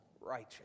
righteous